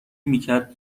میکرد